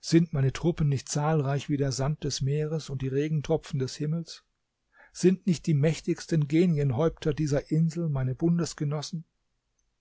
sind meine truppen nicht zahlreich wie der sand des meeres und die regentropfen des himmels sind nicht die mächtigsten genienhäupter dieser insel meine